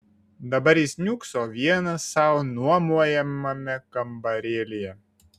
dabar jis niūkso vienas sau nuomojamame kambarėlyje